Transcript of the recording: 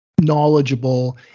knowledgeable